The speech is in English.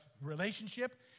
relationship